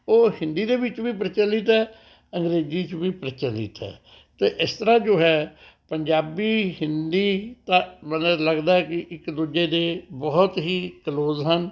ਉਹ ਹਿੰਦੀ ਦੇ ਵਿੱਚ ਵੀ ਪ੍ਰਚਲਿਤ ਹੈ ਅੰਗਰੇਜੀ 'ਚ ਵੀ ਪ੍ਰਚਲਿਤ ਹੈ ਅਤੇ ਇਸ ਤਰਾਂ ਜੋ ਹੈ ਪੰਜਾਬੀ ਹਿੰਦੀ ਤਾਂ ਮਤਲਬ ਲੱਗਦਾ ਹੈ ਕਿ ਇੱਕ ਦੂਜੇ ਦੇ ਬਹੁਤ ਹੀ ਕਲੋਜ਼ ਹਨ